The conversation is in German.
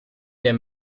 der